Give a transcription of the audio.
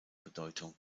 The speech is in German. bedeutung